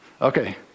Okay